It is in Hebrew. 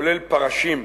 כולל פרשים.